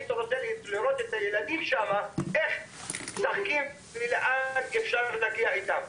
אתה צריך לראות איך הילדים שם משחקים ולאן אפשר להגיע איתם.